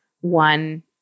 one